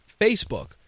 Facebook